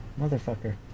Motherfucker